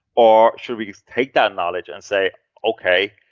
or should we take that knowledge and say okay,